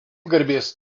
garbės